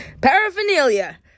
Paraphernalia